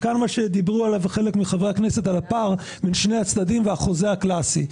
ועליו דיברו חלק מחברי הכנסת הפער בין שני הצדדים והחוזה הקלאסי.